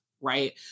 Right